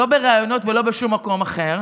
לא בראיונות ולא בשום מקום אחר.